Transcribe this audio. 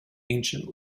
ancient